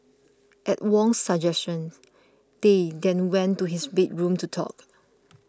at Wong's suggestion they then went to his bedroom to talk